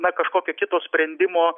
na kažkokio kito sprendimo